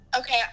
okay